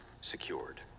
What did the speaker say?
secured